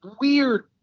weird